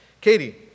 Katie